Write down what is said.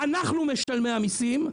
אנחנו משלמי המיסים.